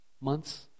Months